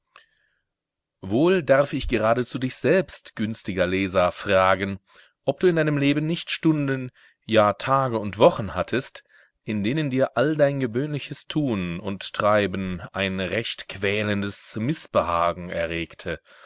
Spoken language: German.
wohl darf ich geradezu dich selbst günstiger leser fragen ob du in deinem leben nicht stunden ja tage und wochen hattest in denen dir all dein gewöhnliches tun und treiben ein recht quälendes mißbehagen erregte